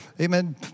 amen